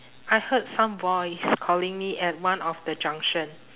I heard some voice calling me at one of the junction